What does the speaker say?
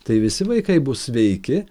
tai visi vaikai bus sveiki